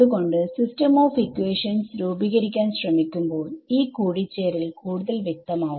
അതുകൊണ്ട് system of equations രൂപീകരിക്കാൻ ശ്രമിക്കുമ്പോൾ ഈ കൂടിച്ചേരൽ കൂടുതൽ വ്യക്തമാവും